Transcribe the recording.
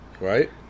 Right